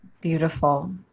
Beautiful